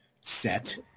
set